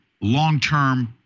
long-term